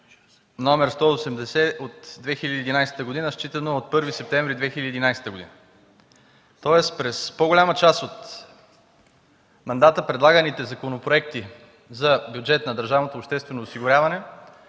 № 180 от 2011 г., считано от 1 септември 2011 г. Тоест, през по-голямата част от мандата предлаганите законопроекти за бюджет на държавното обществено осигуряване